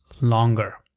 longer